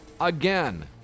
again